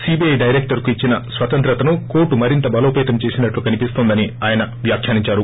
CBI డైరెక్టర్కు ఇచ్చిన స్వతంత్రతను కోర్టు మరింత బలోపతం చేసినట్లు కనిపిస్తోందని ఆయన వ్యాఖ్యానిందారు